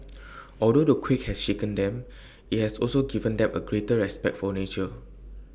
although the quake has shaken them IT has also given them A greater respect for nature